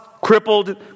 crippled